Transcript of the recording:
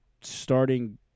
starting